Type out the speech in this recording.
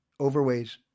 overweight